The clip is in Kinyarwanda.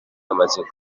amatsiko